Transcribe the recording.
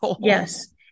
Yes